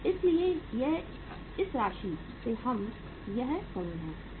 इसलिए इस राशि से यह कमी है